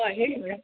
ಹಾಂ ಹೇಳಿ ಮೇಡಮ್